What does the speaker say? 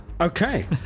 Okay